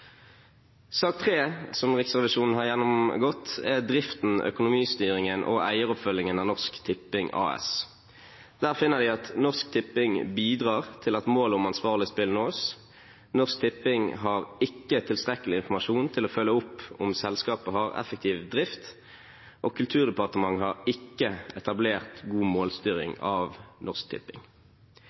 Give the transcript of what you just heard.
Sak 4 som Riksrevisjonen har gjennomgått, er driften, økonomistyringen og eieroppfølgingen av Norsk Tipping AS. Der finner vi at Norsk Tipping bidrar til at målet om ansvarlig spill nås. Norsk Tipping har ikke tilstrekkelig informasjon til å følge opp om selskapet har effektiv drift, og Kulturdepartementet har ikke etablert god målstyring av